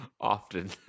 Often